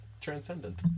transcendent